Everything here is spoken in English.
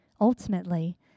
Ultimately